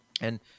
And-